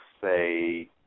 say